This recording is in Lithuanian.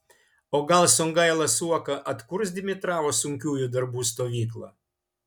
o gal songaila su uoka atkurs dimitravo sunkiųjų darbų stovyklą